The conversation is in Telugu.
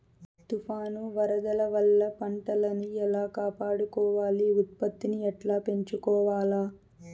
తుఫాను, వరదల వల్ల పంటలని ఎలా కాపాడుకోవాలి, ఉత్పత్తిని ఎట్లా పెంచుకోవాల?